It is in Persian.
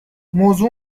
موضوع